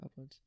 uploads